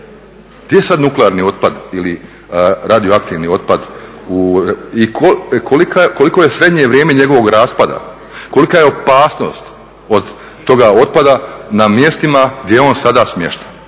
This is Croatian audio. Gdje je sad nuklearni otpad ili radioaktivni otpad i koliko je srednje vrijeme njegovog raspada? Kolika je opasnost od toga otpada na mjestima gdje je on sada smješten?